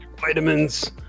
vitamins